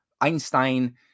Einstein